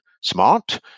smart